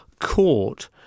court